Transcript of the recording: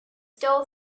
still